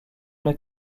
une